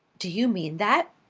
do you mean that?